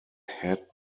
had